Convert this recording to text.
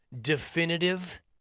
definitive